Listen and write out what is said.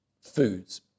foods